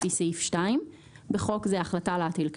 לפי סעיף 2 (בחוק זה החלטה להטיל קנס),